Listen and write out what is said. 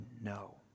no